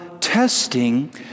testing